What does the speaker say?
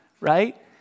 right